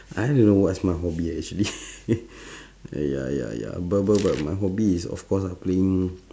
I don't know what's my hobby actually ya ya ya but but but my hobby is of cause ah playing